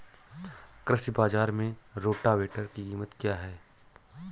कृषि बाजार में रोटावेटर की कीमत क्या है?